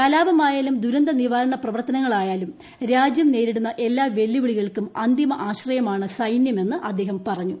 കലാപമായാലും ദുരന്തനിവാരണ പ്രവർത്തനങ്ങളായാലും രാജ്യം നേരിടുന്ന എല്ലാ വെല്ലുവിളികൾക്കും അന്തിമ ആശ്രയമാണ് സൈന്യം എന്ന് അദ്ദേഹം പറഞ്ഞു